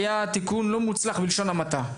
היה תיקון לא מוצלח בלשון המעטה.